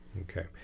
Okay